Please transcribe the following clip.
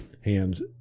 hands